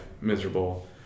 miserable